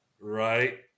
Right